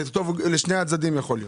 זה טוב לשני הצדדים יכול להיות.